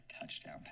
touchdown